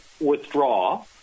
withdraw